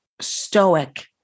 stoic